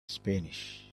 spanish